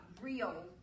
real